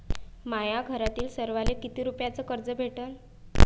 माह्या घरातील सर्वाले किती रुप्यान कर्ज भेटन?